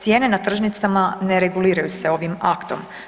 Cijene na tržnicama ne reguliraju se ovim aktom.